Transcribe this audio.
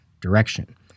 direction